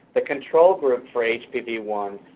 the control group for h p v one,